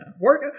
work